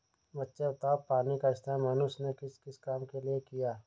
बच्चे बताओ पानी का इस्तेमाल मनुष्य ने किस किस काम के लिए किया?